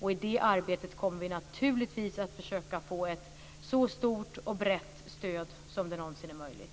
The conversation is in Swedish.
I det arbetet kommer vi givetvis att försöka få ett så stort och brett stöd som det någonsin är möjligt.